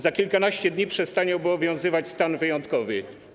Za kilkanaście dni przestanie obowiązywać stan wyjątkowy.